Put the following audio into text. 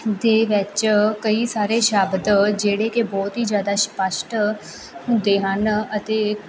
ਦੇ ਵਿੱਚ ਕਈ ਸਾਰੇ ਸ਼ਬਦ ਜਿਹੜੇ ਕਿ ਬਹੁਤ ਹੀ ਜਿਆਦਾ ਸਪਸ਼ਟ ਹੁੰਦੇ ਹਨ ਅਤੇ